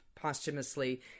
posthumously